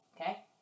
Okay